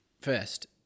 First